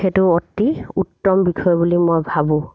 সেইটো অতি উত্তম বিষয় বুলি মই ভাবোঁ